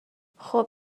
خوب